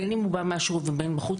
בין אם הוא בא מהשירות ובין מבחוץ,